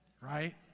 right